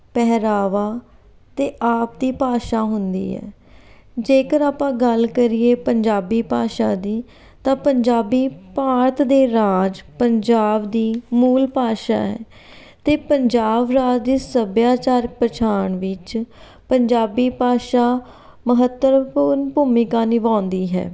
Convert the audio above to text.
ਪਹਿਰਾਵਾ ਅਤੇ ਆਪਦੀ ਭਾਸ਼ਾ ਹੁੰਦੀ ਹੈ ਜੇਕਰ ਆਪਾਂ ਗੱਲ ਕਰੀਏ ਪੰਜਾਬੀ ਭਾਸ਼ਾ ਦੀ ਤਾਂ ਪੰਜਾਬੀ ਭਾਰਤ ਦੇ ਰਾਜ ਪੰਜਾਬ ਦੀ ਮੂਲ ਭਾਸ਼ਾ ਹੈ ਅਤੇ ਪੰਜਾਬ ਰਾਜ ਦੀ ਸੱਭਿਆਚਾਰ ਪਛਾਣ ਵਿੱਚ ਪੰਜਾਬੀ ਭਾਸ਼ਾ ਮਹੱਤਵਪੂਰਨ ਭੂਮਿਕਾ ਨਿਭਾਉਂਦੀ ਹੈ